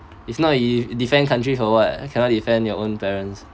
it's not if defend country for what I cannot defend your own parents